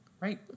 Right